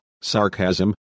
sarcasm